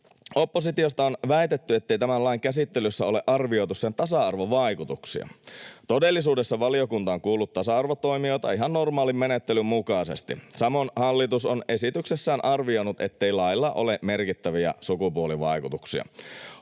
Oppositiosta on väitetty, ettei tämän lain käsittelyssä ole arvioitu sen tasa-arvovaikutuksia. Todellisuudessa valiokunta on kuullut tasa-arvotoimijoita ihan normaalin menettelyn mukaisesti. Samoin hallitus on esityksessään arvioinut, ettei lailla ole merkittäviä sukupuolivaikutuksia.